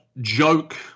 Joke